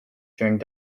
during